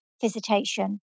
visitation